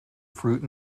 fruit